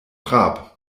trab